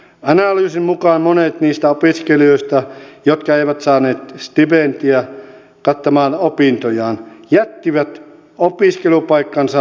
analyysin mukaan monet niistä opiskelijoista jotka eivät saaneet stipendiä kattamaan opintojaan jättivät opiskelupaikkansa lunastamatta